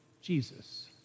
Jesus